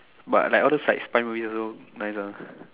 but like all those like spider movies also nice lah